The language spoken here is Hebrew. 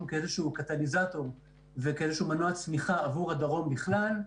כאיזשהו קטליזטור וכמנוע צמיחה לדרום בכלל,